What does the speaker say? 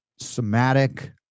somatic